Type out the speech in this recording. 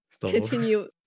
Continue